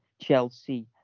Chelsea